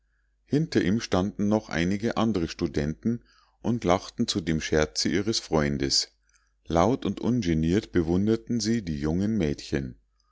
hinter ihm standen noch einige andre studenten und lachten zu dem scherze ihres freundes laut und ungeniert bewunderten sie die jungen mädchen